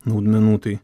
naudmenų tai